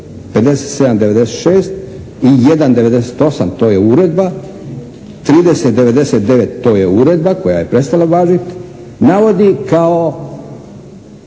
57/96. i 1/98., to je uredba, 30/99. to je uredba koja je prestala važiti navodi kao,